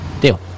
deal